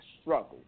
struggle